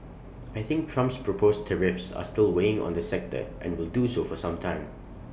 I think Trump's proposed tariffs are still weighing on the sector and will do so for some time